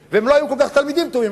והם לא היו תלמידים כל כך טובים,